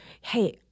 hey